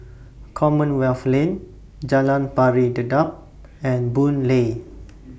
Commonwealth Lane Jalan Pari Dedap and Boon Lay